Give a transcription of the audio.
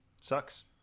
Sucks